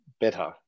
better